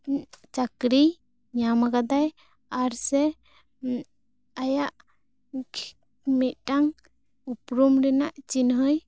ᱪᱟᱹᱠᱨᱤ ᱧᱟᱢᱟᱠᱟᱫᱟᱭ ᱟᱨ ᱥᱮ ᱟᱭᱟᱜ ᱢᱤᱫᱴᱟᱝ ᱩᱯᱨᱩᱢ ᱨᱮᱱᱟᱜ ᱪᱤᱱᱦᱟ ᱭ